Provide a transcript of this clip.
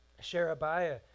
Sherebiah